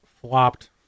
flopped